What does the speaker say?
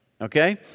Okay